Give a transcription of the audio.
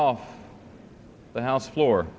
off the house floor